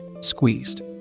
squeezed